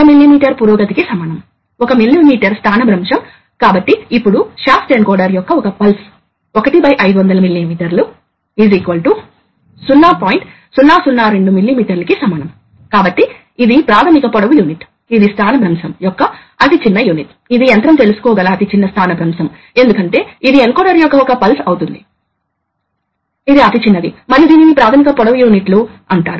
మరియు చూపించబడనిది ఏమిటంటే ఒక పైలట్ ప్రెజర్ సోర్స్ కూడా ఉంది ఇది స్థిరమైన అధిక ప్రెజర్ ని కలిగి ఉంటుంది ఇప్పుడు నాజిల్ యొక్క స్థానాన్ని మార్చడం ద్వారా ఏమి జరుగుతుందో చూడండి ఈ నాజిల్ చాలా దూరంలో ఉంటే అప్పుడు ఈ పైలట్ ప్రెజర్ పడిపోయిదాని గుండా ఇక్కడ నాజిల్ ద్వారా వాతావరణం లోకి వెళ్తుంది